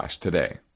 today